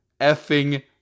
effing